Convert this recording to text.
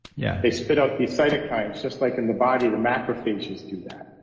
yeah they spit out these cytokines just like in the body, the macrophages do that.